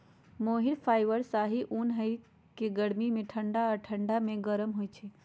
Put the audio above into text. मोहिर fibre शाहि उन हइ के गर्मी में ठण्डा आऽ ठण्डा में गरम होइ छइ